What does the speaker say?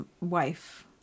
wife